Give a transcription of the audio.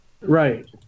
Right